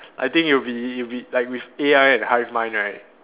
I think it'll be it'll be like with A_I and hive mind right